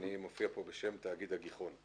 אני מופיע פה בשם תאגיד הגיחון,